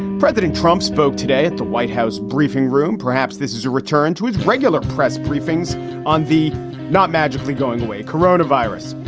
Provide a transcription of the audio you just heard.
president trump spoke today at the white house briefing room. perhaps this is a return to his regular press briefings on the not magically going away corona virus.